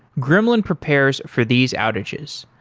gremlin prepares for these outages.